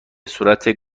صورت